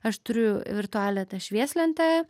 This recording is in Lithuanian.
aš turiu virtualią tą švieslentę